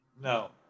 no